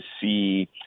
see